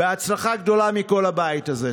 בהצלחה גדולה מכל הבית הזה.